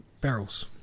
barrels